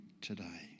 today